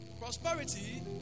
Prosperity